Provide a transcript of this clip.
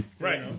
Right